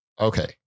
Okay